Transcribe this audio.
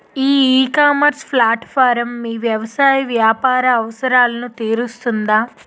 ఈ ecommerce platform మీ వ్యవసాయ వ్యాపార అవసరాలను తీరుస్తుందా?